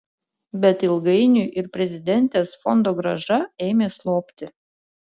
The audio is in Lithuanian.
bet ilgainiui ir prezidentės fondogrąža ėmė slopti